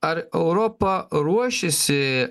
ar europa ruošiasi